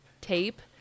tape